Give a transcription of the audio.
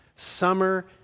Summer